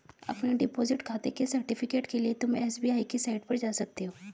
अपने डिपॉजिट खाते के सर्टिफिकेट के लिए तुम एस.बी.आई की साईट पर जा सकते हो